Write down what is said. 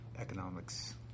economics